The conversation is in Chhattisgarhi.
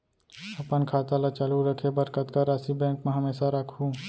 अपन खाता ल चालू रखे बर कतका राशि बैंक म हमेशा राखहूँ?